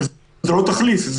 אבל זה לא תחליף,